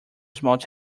such